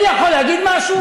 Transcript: אני יכול להגיד משהו?